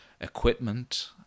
equipment